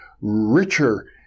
richer